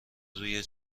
روی